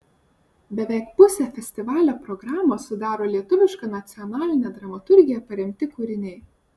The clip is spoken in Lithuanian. beveik pusę festivalio programos sudaro lietuviška nacionaline dramaturgija paremti kūriniai